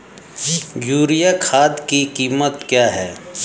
Urea खाद की कीमत क्या है?